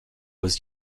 was